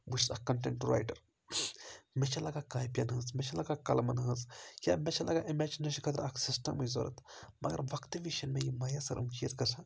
بہٕ چھُس اَکھ کَنٹٮ۪نٛٹ رایٹَر مےٚ چھِ لَگان کاپیَن ہٕنٛز مےٚ چھِ لَگان قلمَن ہٕنٛز یا مےٚ چھِ لَگان اِمیجِنیشَن خٲطرٕ اَکھ سِسٹَمٕے ضوٚرَتھ مگر وَقتہٕ وِز چھِنہٕ مےٚ یہِ مَیَسَر یِم چیٖز گژھان